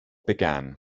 began